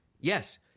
Yes